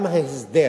גם ההסדר